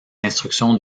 instructions